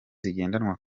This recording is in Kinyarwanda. zigendanwa